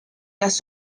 las